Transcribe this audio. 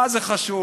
מה זה חשוב?